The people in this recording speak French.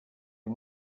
est